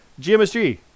GMSG